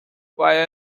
via